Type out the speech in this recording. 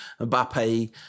Mbappe